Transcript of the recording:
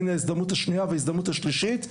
הינה ההזדמנות השנייה וההזדמנות השלישית,